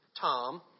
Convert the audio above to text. Tom